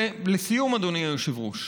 ולסיום, אדוני היושב-ראש,